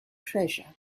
treasure